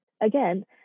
again